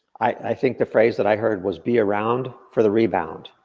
i think the phrase that i heard, was be around for the rebound.